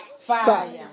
fire